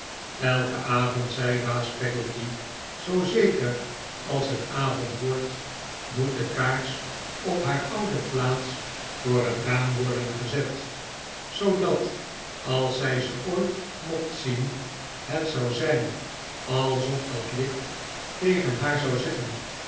elken avond zei baas peggotty zoo zeker als het avond wordt moet de kaars op haar oude plaats voor het raam worden gezet zoodat als zij ze ooit mocht zieii het zou zijn alsof dat licht tegen haar zou zeggen